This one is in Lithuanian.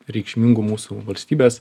reikšmingų mūsų valstybės